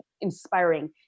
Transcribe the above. inspiring